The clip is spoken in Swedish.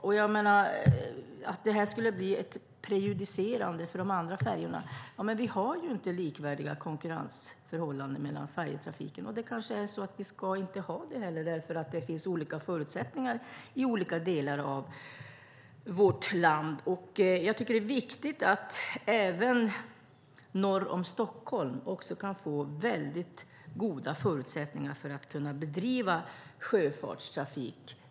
När det gäller att detta skulle bli prejudicerande för de andra färjorna har vi ju inte likvärdiga konkurrensförhållanden i färjetrafiken. Det kanske är så att vi inte heller ska ha det, eftersom det finns olika förutsättningar i olika delar av vårt land. Jag tycker att det är viktigt att man även norr om Stockholm kan få väldigt goda förutsättningar att bedriva sjöfartstrafik.